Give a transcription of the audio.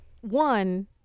one